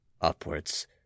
upwards